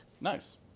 nice